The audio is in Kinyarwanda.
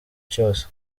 cyose